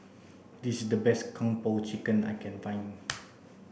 this is the best kung po chicken I can find